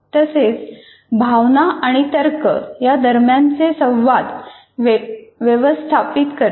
तसेच भावना आणि तर्क या दरम्यानचे संवाद व्यवस्थापित करते